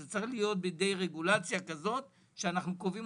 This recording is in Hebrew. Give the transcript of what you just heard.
אלא בידי רגולציה שאנחנו קובעים